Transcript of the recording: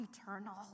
eternal